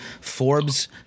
Forbes